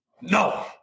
no